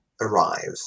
arrive